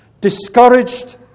discouraged